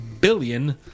billion